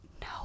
no